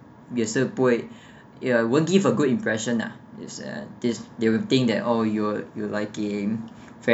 也是不会 ya won't give a good impression lah is uh this they will think that oh you you liking